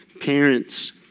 parents